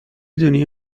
دونی